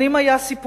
שנים היה סיפורם,